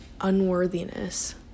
unworthiness